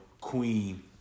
Queen